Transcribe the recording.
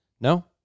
No